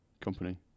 company